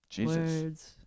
words